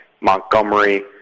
Montgomery